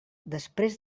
després